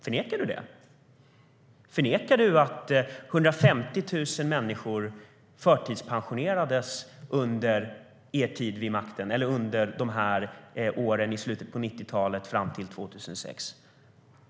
Förnekar du att 150 000 människor förtidspensionerades under er tid vid makten, under slutet av 90-talet fram till 2006?